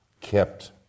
kept